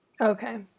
Okay